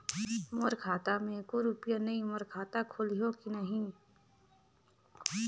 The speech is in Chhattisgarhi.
मोर खाता मे एको रुपिया नइ, मोर खाता खोलिहो की नहीं?